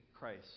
Christ